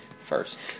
first